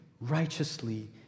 righteously